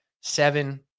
seven